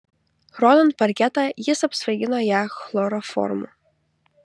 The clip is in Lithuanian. rodant parketą jis apsvaigino ją chloroformu